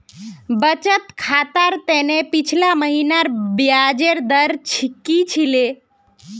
बचत खातर त न पिछला महिनार ब्याजेर दर की छिले